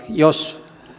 jos